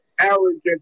arrogant